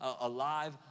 alive